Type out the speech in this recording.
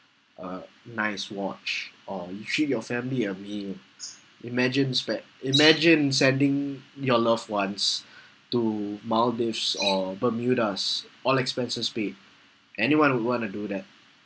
a nice watch or you treat your family a meal imagine spe~ imagine sending your loved ones to maldives or bermudas all expenses paid anyone would want to do that